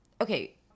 Okay